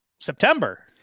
September